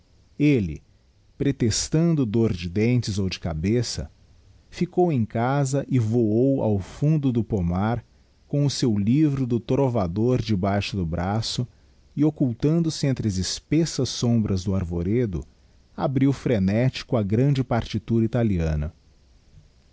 elle pretextando dor de dentes ou de cabeça ficou era casa e voou ao fundo do pomar com o seu livro do trovador debaixo do braço e occultando se entre as espessas sombras do arvoredo abriu frenético a grande partitura italiana